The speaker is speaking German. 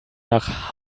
nach